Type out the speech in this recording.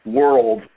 world